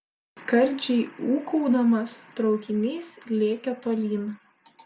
skardžiai ūkaudamas traukinys lėkė tolyn